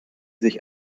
sich